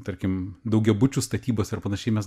tarkim daugiabučių statybose ir panašiai mes